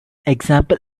example